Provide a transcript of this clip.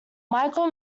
michael